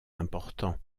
important